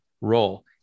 role